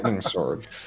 sword